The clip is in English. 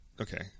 Okay